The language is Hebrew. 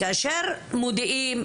כאשר מודיעים,